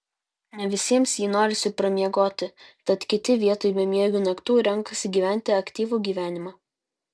ne visiems jį norisi pramiegoti tad kiti vietoj bemiegių naktų renkasi gyventi aktyvų gyvenimą